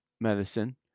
medicine